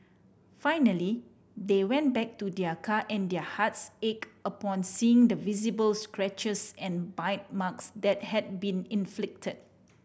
finally they went back to their car and their hearts ache upon seeing the visible scratches and bite marks that had been inflicted